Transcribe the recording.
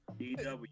DW